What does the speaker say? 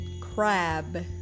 Crab